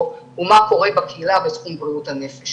הוא מה קורה בקהילה בתחום בריאות הנפש